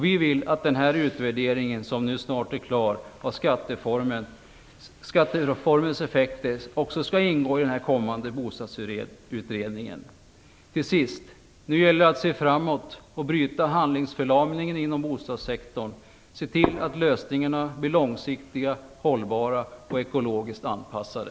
Vi vill att den utvärdering av skattereformens effekter som snart är klar också skall ingå i den kommande bostadsutredningen. Slutligen gäller det att se framåt och bryta handlingsförlamningen inom bostadssektorn och se till att lösningarna blir långsiktiga, hållbara och ekologiskt anpassade.